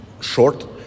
short